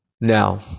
Now